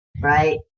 right